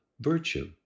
virtue